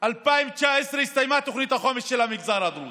2019 הסתיימה תוכנית החומש של המגזר הדרוזי.